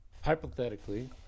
Hypothetically